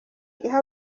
iha